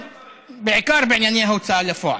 בעיקר בענייני ההוצאה לפועל.